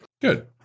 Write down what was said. good